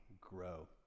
grow